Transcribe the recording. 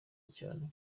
cyane